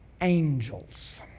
angels